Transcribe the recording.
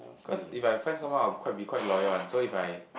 cause if I find someone I'll quite be quite loyal one so if I